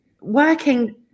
working